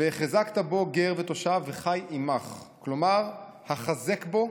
"'והחזקת בו גר ותושב וחי עמך', כלומר החזק בו